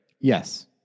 Yes